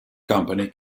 company